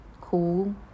cool